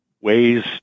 ways